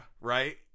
right